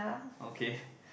okay